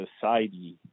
society